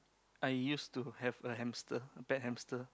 I use to have a hamster pet hamster